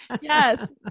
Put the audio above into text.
Yes